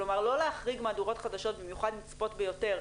כלומר לא להחריג מהדורות חדשות במיוחד נצפות ביותר,